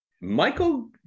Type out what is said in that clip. Michael